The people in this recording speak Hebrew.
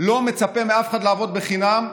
לא מצפה מאף אחד לעבוד חינם,